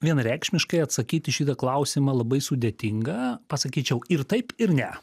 vienareikšmiškai atsakyti į šitą klausimą labai sudėtinga pasakyčiau ir taip ir ne